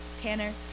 Tanner